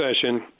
session